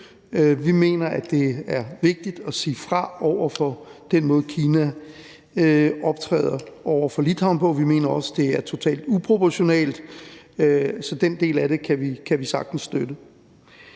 Vi mener, at det er vigtigt at sige fra over for den måde, Kina optræder på over for Litauen; vi mener også, at det er totalt uproportionalt, så den del af det kan vi sagtens støtte.